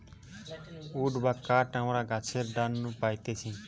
would বা কাঠ আমরা গাছের ডাল নু পাইতেছি